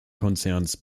konzerns